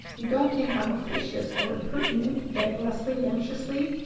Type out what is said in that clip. you don't think i'm officious or impertinent? begged leslie anxiously.